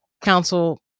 Council